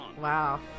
Wow